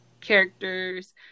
characters